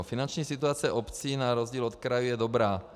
Finanční situace obcí na rozdíl od krajů je dobrá.